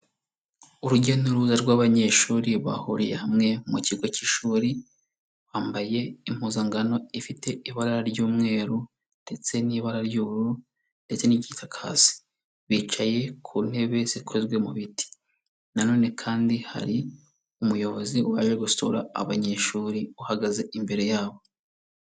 Urujya n'uruza rw'abanyeshuri bahuriye hamwe mu kigo cy'ishuri, bambaye impuzankano ifite ibara ry'umweru ndetse n'ibara ry'ubururu ndetse n'igikakazi. Bicaye ku ntebe zikozwe mu biti na none kandi hari umuyobozi waje gusura abanyeshuri uhagaze imbere yabo.